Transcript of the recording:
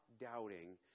doubting